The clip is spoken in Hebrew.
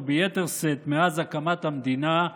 וביתר שאת מאז הקמת המדינה,